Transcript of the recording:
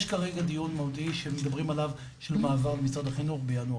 יש כרגע דיון מהותי שמדברים עליו של מעבר למשרד החינוך בינואר,